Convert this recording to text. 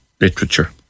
literature